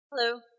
Hello